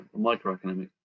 microeconomic